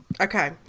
Okay